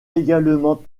également